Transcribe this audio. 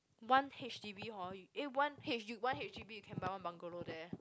one H_D_B hor you eh one H one H_D_B you can buy one bungalow there